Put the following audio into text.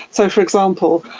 so, for example,